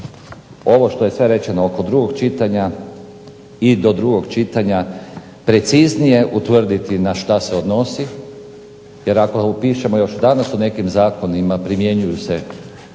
ovo što je sve rečeno oko drugog čitanja i do drugog čitanja preciznije utvrditi na što se odnosi, jer ako upišemo još danas u nekim zakonima primjenjuju se